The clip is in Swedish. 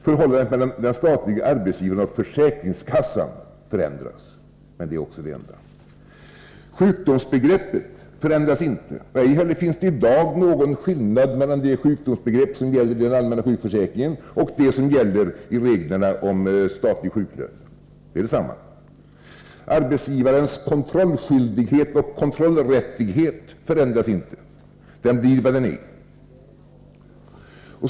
Förhållandet mellan den statliga arbetsgivaren och försäkringskassan förändras, men det är också det enda. Sjukdomsbegreppet förändras inte. Ej heller finns det i dag någon skillnad mellan det sjukdomsbegrepp som gäller i den allmänna sjukförsäkringen och det som gäller i reglerna om statlig sjuklön. De är desamma. Arbetsgivarens kontrollskyldighet och kontrollrättighet förändras inte. Den blir vad den är.